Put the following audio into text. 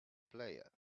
player